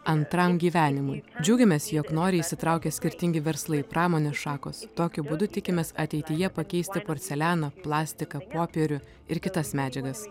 antram gyvenimui džiaugiamės jog noriai įsitraukia skirtingi verslai pramonės šakos tokiu būdu tikimės ateityje pakeisti porcelianą plastiką popierių ir kitas medžiagas